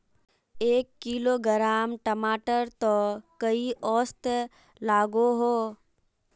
एक किलोग्राम टमाटर त कई औसत लागोहो?